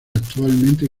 actualmente